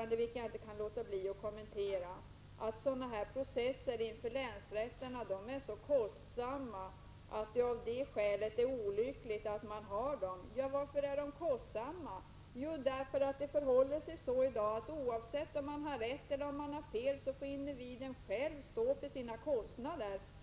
något som jag inte kan underlåta att kommentera — att skatteprocessen inför länsrätt är så kostsam att det av detta skäl är olyckligt att den förekommer. Ja, varför är den kostsam? Jo, därför att situationen i dag är sådan att individen, oavsett om han har rätt eller fel, själv får stå för sina kostnader. Det tycker vi är bakvänt. — Prot.